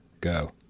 Go